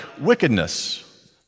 wickedness